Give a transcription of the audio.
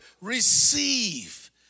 Receive